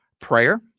Prayer